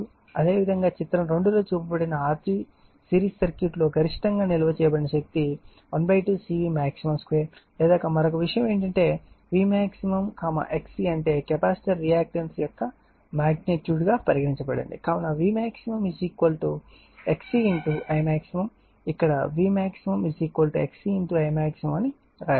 అదేవిధంగా చిత్రం2 లో చూపబడిన RC సిరీస్ సర్క్యూట్లో గరిష్టంగా నిల్వ చేయబడిన శక్తి 12 CVmax2 లేదా మరొక విషయం ఏమిటంటే Vmax XC అంటే కెపాసిటర్ రియాక్టెన్స్ యొక్క మాగ్నిట్యూడ్ గా పరిగణించబడుతుంది కావున V max XC Imax ఇక్కడ V max XCImax అని వ్రాయబడినది